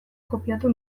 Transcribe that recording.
kopiatu